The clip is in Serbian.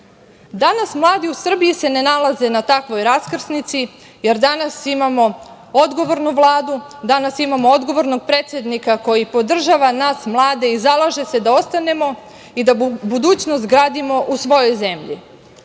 mladi u Srbiji se ne nalaze na takvoj raskrsnici, jer danas imamo odgovornu Vladu, danas imamo odgovornog predsednika koji podržava nas mlade i zalaže se da ostanemo i da budućnost gradimo u svojoj zemlji. Kada